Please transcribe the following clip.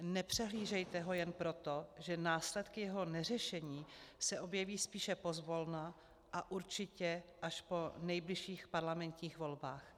Nepřehlížejte ho jen proto, že následky jeho neřešení se objeví spíše pozvolna a určitě až po nejbližších parlamentních volbách.